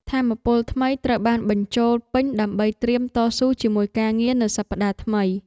ថាមពលថ្មីត្រូវបានបញ្ចូលពេញដើម្បីត្រៀមតស៊ូជាមួយការងារនៅសប្តាហ៍ថ្មី។